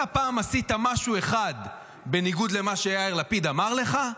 אתה פעם עשית משהו אחד בניגוד למה שיאיר לפיד אמר לך?